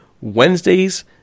Wednesdays